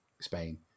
Spain